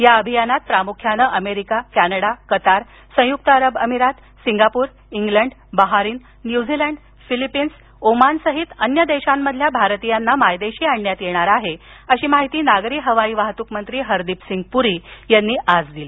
या अभियानात प्रामुख्यानं अमेरिका कॅनडा कतार संयुक्त अरब अमिरात Singapore England Bahrain New Zealand Philippines ओमानसहित अन्य देशांमधील भारतीयांना मायदेशी आणण्यात येणार आहे अशी माहिती नागरी हवाई वाहतूक मंत्री हरदीपसिंग पुरी यांनी आज दिली